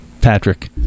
Patrick